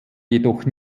jedoch